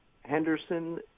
Henderson